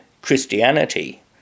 Christianity